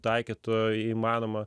taikytų įmanoma